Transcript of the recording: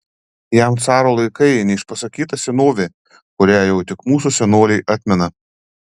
jam caro laikai neišpasakyta senovė kurią jau tik mūsų senoliai atmena